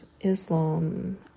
Islam